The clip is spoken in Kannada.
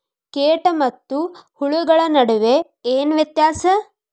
ಕೇಟ ಮತ್ತು ಹುಳುಗಳ ನಡುವೆ ಏನ್ ವ್ಯತ್ಯಾಸ?